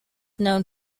known